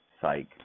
Psych